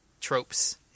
tropes